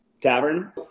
tavern